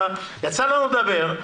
יצא לנו לדבר,